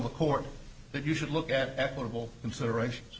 the court that you should look at equitable considerations